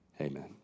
amen